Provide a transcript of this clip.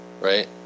right